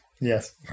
Yes